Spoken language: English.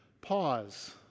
pause